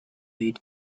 eat